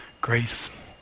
grace